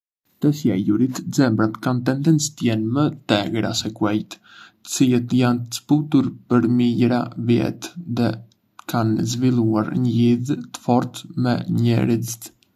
Te sjelljurit, zebrat kanë tedhéncë të jenë më të egra se kuejt, të cilët janë zbutur për mijëra vjet dhe kanë zhvilluar një lidhje të fortë me njerëzit.